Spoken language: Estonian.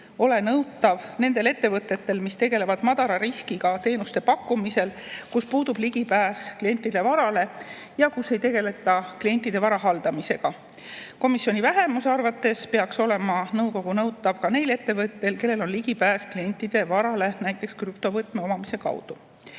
ole nõutav nendel ettevõtetel, mis tegelevad madala riskiga teenuste pakkumisega, kus puudub ligipääs klientide varale ja kus ei tegeleta klientide vara haldamisega. Komisjoni vähemuse arvates peaks olema nõukogu nõutav ka neil ettevõtetel, kellel on ligipääs klientide varale, näiteks krüptovõtme omamise kaudu.